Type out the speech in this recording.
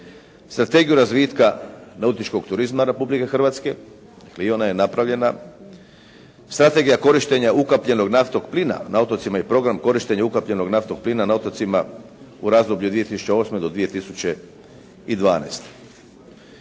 Strategiju razvitka nautičkog turizma Republike Hrvatske, jer i ona je napravljena. Strategija korištenja ukapljenog naftnog plina na otocima i program korištenja ukapljenog naftnog plina na otocima u razdoblju od 2008. do 2012.